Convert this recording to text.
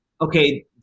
Okay